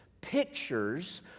pictures